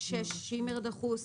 (6)שימר דחוס,